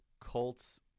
Colts